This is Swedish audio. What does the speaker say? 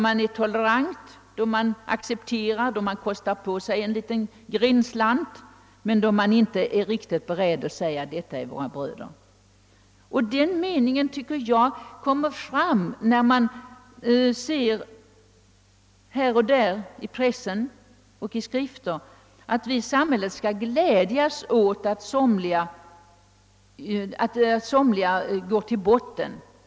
Man är tolerant, accepterar och kostar på sig en liten grindslant men är inte riktigt beredd att säga att detta är våra bröder. Här och där i pressen och i skrifter framskymtar t.o.m. den meningen, att vi i samhället skall glädjas åt att somliga går till botten.